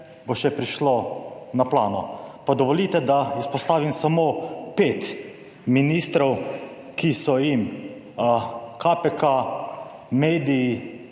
bo še prišlo na plano? Pa dovolite, da izpostavim samo 5 ministrov, ki so jim KPK, mediji,